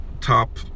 top